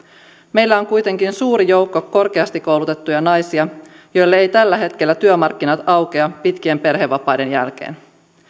meillä on kuitenkin suuri joukko korkeasti koulutettuja naisia joille eivät tällä hetkellä työmarkkinat aukea pitkien perhevapaiden jälkeen